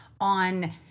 on